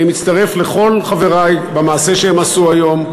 אני מצטרף לכל חברי במעשה שהם עשו היום.